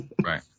Right